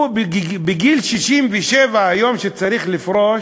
הוא, בגיל 67, היום שהוא צריך לפרוש,